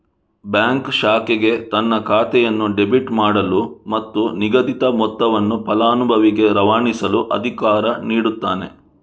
bank ಶಾಖೆಗೆ ತನ್ನ ಖಾತೆಯನ್ನು ಡೆಬಿಟ್ ಮಾಡಲು ಮತ್ತು ನಿಗದಿತ ಮೊತ್ತವನ್ನು ಫಲಾನುಭವಿಗೆ ರವಾನಿಸಲು ಅಧಿಕಾರ ನೀಡುತ್ತಾನೆ